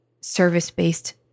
service-based